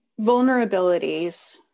vulnerabilities